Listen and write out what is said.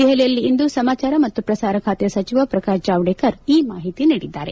ದೆಹಲಿಯಲ್ಲಿ ಇಂದು ಸಮಾಚಾರ ಮತ್ತು ಪ್ರಸಾರ ಖಾತೆಯ ಸಚಿವ ಪ್ರಕಾಶ್ ಜಾವಡೇಕರ್ ಈ ಮಾಹಿತಿ ನೀಡಿದ್ದಾರೆ